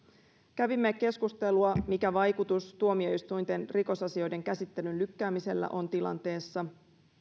kävimme keskustelua siitä mikä vaikutus tuomioistuinten rikosasioiden käsittelyn lykkäämisellä on tilanteessa